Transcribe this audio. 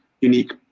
unique